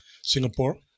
Singapore